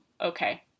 okay